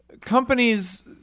companies